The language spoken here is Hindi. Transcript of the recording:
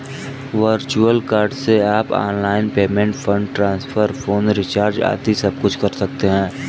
वर्चुअल कार्ड से आप online payment, fund transfer, phone recharge आदि सबकुछ कर सकते हैं